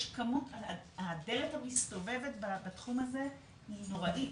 הדלת המסתובבת בתחום הזה היא נוראית.